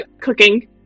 cooking